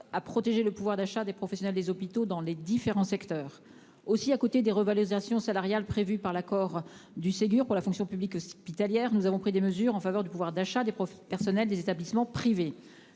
la protection du pouvoir d'achat des professionnels des hôpitaux dans les différents secteurs. Aussi, à côté des revalorisations salariales prévues par l'accord du Ségur de la santé pour la fonction publique hospitalière, avons-nous pris des mesures en faveur du pouvoir d'achat des personnels des établissements privés